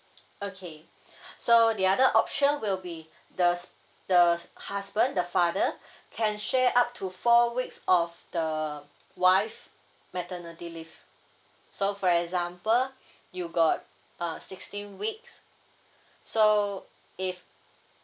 okay so the other option will be the the husband the father can share up to four weeks of the wife maternity leave so for example you got uh sixteen weeks so if